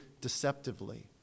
deceptively